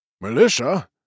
Militia